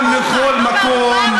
גם לכל מקום.